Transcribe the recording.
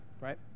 right